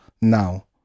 now